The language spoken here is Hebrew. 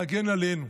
להגן עלינו.